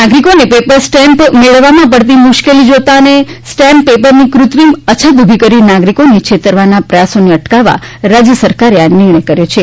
નાગરિકોને paper step મેળવવામાં પડતી મુશ્કેલી જોતા અને સ્ટેમ્પ પેપરની કૃત્રિમ અછત ઉભી કરી નાગરિકોને છેતરવાનો પ્રયાસોને અટકાવવા રાજ્ય સરકારે આ નિર્ણય કર્ય છે